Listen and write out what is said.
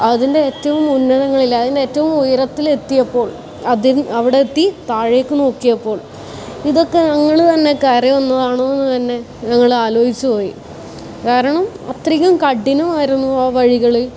അതിൻ്റെ ഏറ്റവും ഉന്നതങ്ങളിൽ അതിൻ്റെ ഏറ്റവും ഉയരത്തിൽ എത്തിയപ്പോൾ അത് അവിടെ എത്തി താഴേക്ക് നോക്കിയപ്പോൾ ഇതൊക്കെ ഞങ്ങൾ തന്നെ കയറി വന്നതാണോ എന്ന് തന്നെ ഞങ്ങൾ ആലോചിച്ച് പോയി കാരണം അത്രയ്ക്കും കഠിനമായിരുന്നു ആ വഴികൾ